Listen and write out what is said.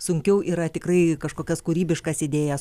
sunkiau yra tikrai kažkokias kūrybiškas idėjas